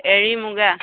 এৰী মুগা